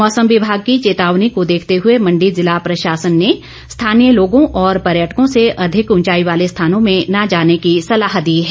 मौसम विमाग की चेतावनी को देखते हुए मण्डी जिला प्रशासन ने स्थानीय लोगों और पर्यटकों से अधिक उंचाई वाले स्थानों में न जाने की सलाह दी है